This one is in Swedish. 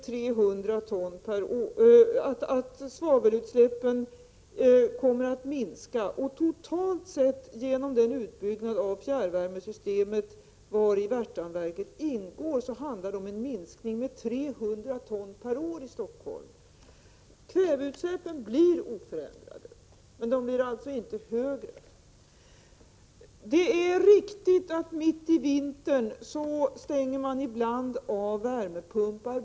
Totalt sett — genom den utbyggnad av fjärrvärmesystemet vari Värtan ingår — handlar det om en minskning med 300 ton/år i Stockholm. Kväveutsläppen blir oförändrade, men ailtså inte högre. Det är riktigt att man mitt i vintern ibland stänger av värmepumpar.